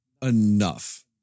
enough